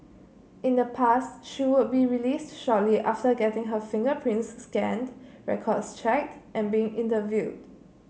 in the past she would be released shortly after getting her fingerprints scanned records checked and being interviewed